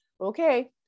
Okay